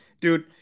dude